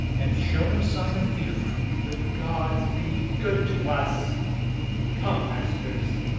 and show no sign of fear the gods be good to us come, masters,